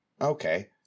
okay